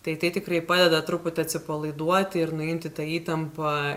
tai tai tikrai padeda truputį atsipalaiduoti ir nuimti tą įtampą